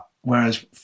whereas